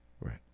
Right